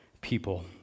people